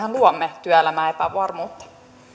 me luomme työelämään epävarmuutta